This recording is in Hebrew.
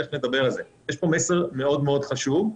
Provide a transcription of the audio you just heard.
יש פה מסר מאוד מאוד חשוב.